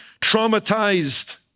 traumatized